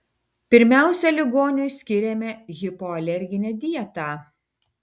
pirmiausia ligoniui skiriame hipoalerginę dietą